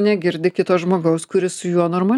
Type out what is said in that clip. negirdi kito žmogaus kuris su juo normal